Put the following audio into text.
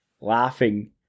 laughing